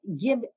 give